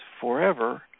forever